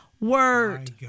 word